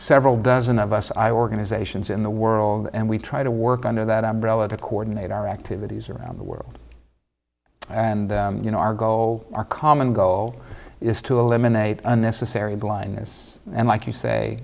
several dozen of us i organizations in the world and we try to work under that umbrella to coordinate our activities around the world and you know our goal our common goal is to eliminate unnecessary blindness and like you say